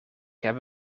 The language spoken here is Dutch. heb